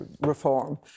reform